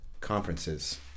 conferences